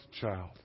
child